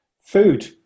Food